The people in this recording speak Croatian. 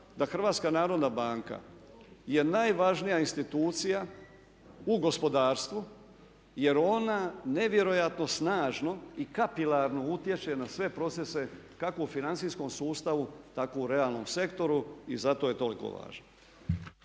naglašavam da HNB je najvažnija institucija u gospodarstvu, jer ona nevjerojatno snažno i kapilarno utječe na sve procese kako u financijskom sustavu, tako u realnom sektoru i zato je toliko važna.